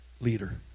leader